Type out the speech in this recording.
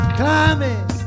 climbing